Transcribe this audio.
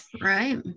Right